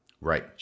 Right